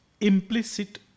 implicit